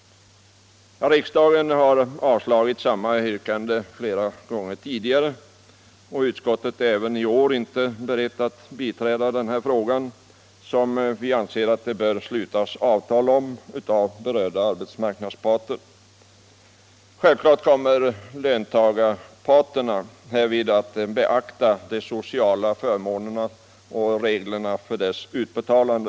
Riksdagen har avslagit samma yrkande flera gånger tidigare, och utskottet är inte heller i år berett att biträda den här begäran. Vi anser att det bör slutas avtal om denna fråga av berörda arbetsmarknadsparter. Självfallet kommer löntagarorganisationerna härvid att beakta de sociala förmånerna och reglerna för deras utbetalande.